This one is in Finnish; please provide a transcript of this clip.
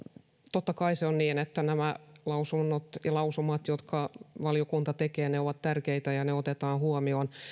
totta kai se on niin että nämä lausumat jotka valiokunta tekee ovat tärkeitä ja ne otetaan huomioon